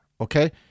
Okay